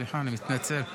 סליחה, אני מתנצל.